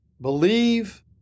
believe